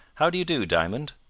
how do you do, diamond?